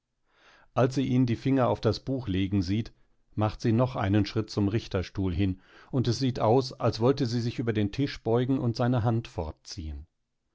als sie ihn die finger auf das buch legen sieht macht sie noch einen schritt zum richterstuhl hin und es sieht aus als wollte sie sich über den tisch beugen und seine hand fortziehen